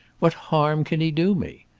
what harm can he do me?